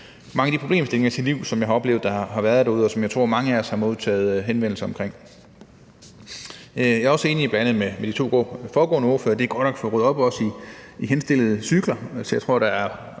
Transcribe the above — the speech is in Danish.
mange af de problemer til livs, som jeg har oplevet har været derude, og som jeg tror mange af os har modtaget henvendelser omkring. Jeg er også enig med de to foregående ordførere i, at det er godt at få ryddet op i henstillede cykler.